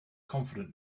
confident